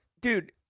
dude